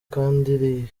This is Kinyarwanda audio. kandi